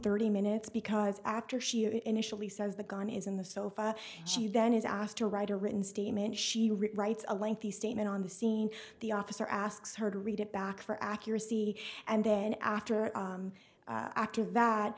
thirty minutes because after she initially says the gun is in the sofa she then is asked to write a written statement she writes a lengthy statement on the scene the officer asks her to read it back for accuracy and then after after that